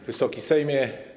Wysoki Sejmie!